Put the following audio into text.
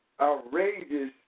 outrageous